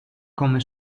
come